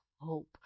hope